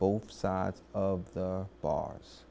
both sides of the bar